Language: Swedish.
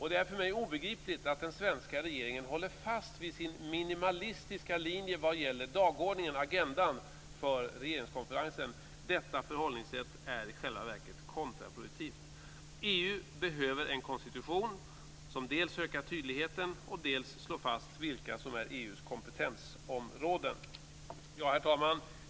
Det är för mig obegripligt att den svenska regeringen håller fast vid sin minimalistiska linje vad gäller dagordningen, agendan, för regeringskonferensen. Detta förhållningssätt är i själva verket kontraproduktivt. EU behöver en konstitution som dels ökar tydligheten, dels slår fast vilka som är EU:s kompetensområden. Herr talman!